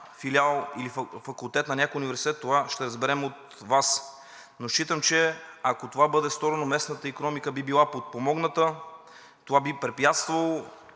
филиал или факултет на някой университет, това ще разберем от Вас, но считам, че ако това бъде сторено, местната икономиката би била подпомогната, това би препятствало